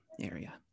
area